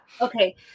okay